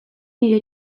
nire